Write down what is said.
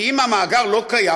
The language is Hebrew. כי אם המאגר לא קיים,